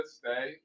stay